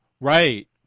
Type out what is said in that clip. Right